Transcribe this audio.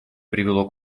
привело